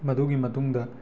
ꯃꯗꯨꯒꯤ ꯃꯇꯨꯡꯗ